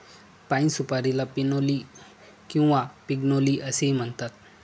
पाइन सुपारीला पिनोली किंवा पिग्नोली असेही म्हणतात